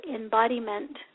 embodiment